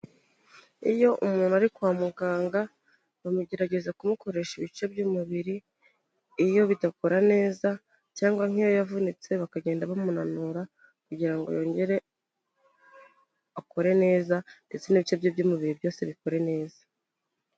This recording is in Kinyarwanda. Iyo umuntu ari kwa muganga bamugerageza kumukoresha ibice by'umubiri, iyo bidakora neza cyangwa nk'iyo yavunitse bakagenda bamunura kugira yongere akore neza ndetse n'ibice bye by'umubiri byose bikore neza.